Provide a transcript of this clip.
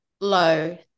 low